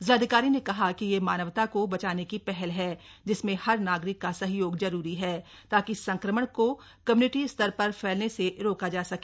जिलाधिकारी ने कहा कि यह मानवता को बचाने की पहल है जिसमें हर नागरिक का सहयोग जरूरी है ताकि संक्रमण को कम्य्निटी स्तर पर फैलने से रोक जा सके